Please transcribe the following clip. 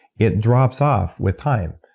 it drops off with time,